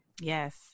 Yes